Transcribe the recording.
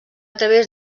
través